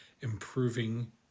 improving